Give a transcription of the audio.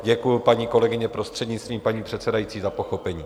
Děkuji, paní kolegyně, prostřednictvím paní předsedající za pochopení.